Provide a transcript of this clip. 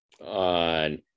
on